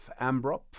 ambrop